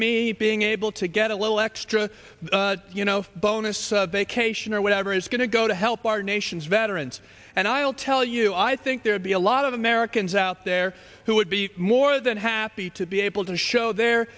me being able to get a little extra bonus vacation or whatever is going to go to help our nation's veterans and i'll tell you i think there'd be a lot of americans out there who would be more than happy to be able to show their